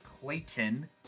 Clayton